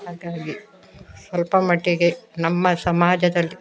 ಹಾಗಾಗಿ ಸ್ವಲ್ಪ ಮಟ್ಟಿಗೆ ನಮ್ಮ ಸಮಾಜದಲ್ಲಿ